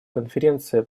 конференция